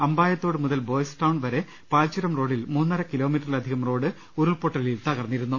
അമ്പായത്തോടു മുതൽ Boys Town വരെ പാൽചുരം റോഡിൽ മൂന്നര കിലോമീറ്ററിലധികം റോഡ് ഉരുൾപൊട്ടലിൽ തകർന്നിരുന്നു